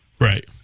right